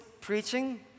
preaching